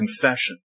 Confession